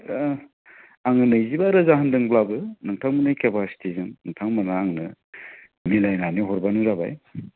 ओह आङो नैजिबा रोजा होन्दोंब्लाबो नोंथांमोननि खेफासिटिजों नोंथांमोनहा आंनो मिलायनानै हरबानो जाबाय